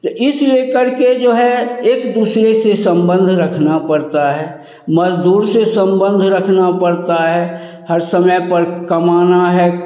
तो इस ले करके जो है एक दूसरे से संबंध रखना पड़ता है मजदूर से संबंध रखना पड़ता है हर समय पर कमाना है